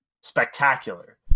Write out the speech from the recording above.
spectacular